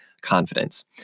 Confidence